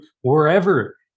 wherever